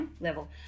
level